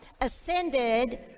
ascended